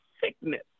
sickness